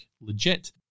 legit